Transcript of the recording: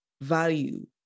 value